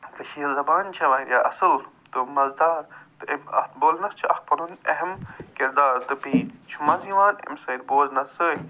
کشیٖر زبان چھِ وارِیاہ اصٕل تہٕ مَزٕدار تہٕ اتھ بولنس چھِ اکھ پنُن اہم کردار تہٕ بیٚیہِ چھِ منٛزٕ یِوان اَمہِ سۭتۍ بوزنس سۭتۍ